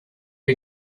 who